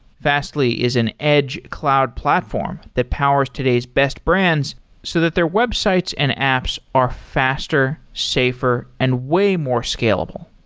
fastly is an edge cloud platform that powers today's best brands so that their websites and apps are faster, safer and way more scalable.